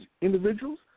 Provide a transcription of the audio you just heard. individuals